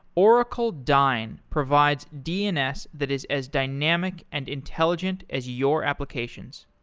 oracle dyn provides dns that is as dynamic and intelligent as your applications.